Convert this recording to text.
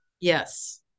yes